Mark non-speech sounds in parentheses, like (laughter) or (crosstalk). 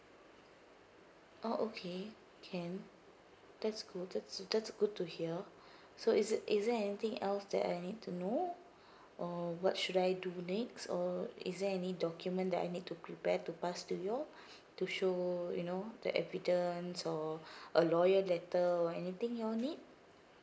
oh okay can that's good that's that's good to hear so is it is there anything else that I need to know uh what should I do next or is there any document that I need to prepare to pass to you all (breath) to show you know the evidence or (breath) a lawyer letter or anything you all need